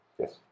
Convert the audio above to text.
Yes